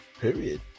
Period